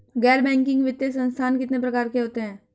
गैर बैंकिंग वित्तीय संस्थान कितने प्रकार के होते हैं?